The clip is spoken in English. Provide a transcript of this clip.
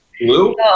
blue